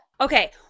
Okay